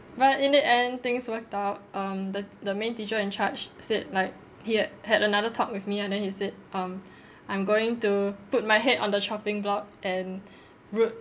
but in the end things worked out um the the main teacher in charge said like he had had another talk with me and then he said um I'm going to put my head on the chopping block and root